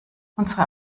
unsere